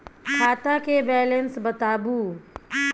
खाता के बैलेंस बताबू?